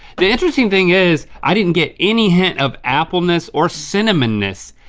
the interesting thing is, i didn't get any hint of apple-ness or cinnamon-ness.